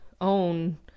own